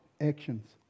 actions